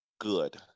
good